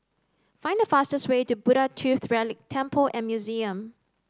find the fastest way to Buddha Tooth Relic Temple and Museum